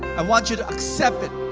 and want you to accept it.